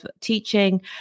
teaching